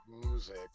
music